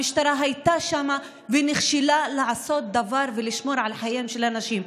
המשטרה הייתה שם ונכשלה בלעשות דבר ולשמור על חייהם של אנשים.